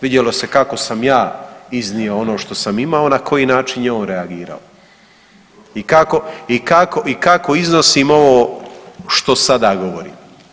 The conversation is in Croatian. Vidjelo se kako sam ja iznio ono što sam iznio, na koji način je on reagirao i kako iznosim ovo što sada govorim.